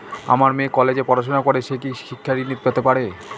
আমার মেয়ে কলেজে পড়াশোনা করে সে কি শিক্ষা ঋণ পেতে পারে?